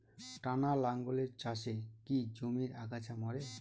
টানা লাঙ্গলের চাষে কি জমির আগাছা মরে?